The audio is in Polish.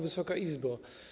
Wysoka Izbo!